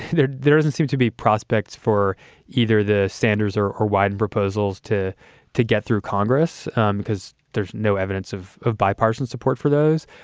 there there isn't seem to be prospects for either the sanders or or wyden proposals to to get through congress um because there's no evidence of of bipartisan support for those.